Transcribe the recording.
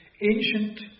ancient